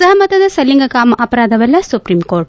ಸಹಮತದ ಸಲಿಂಗಕಾಮ ಅಪರಾಧವಲ್ಲ ಸುಪ್ರೀಂಕೋರ್ಟ್